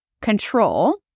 control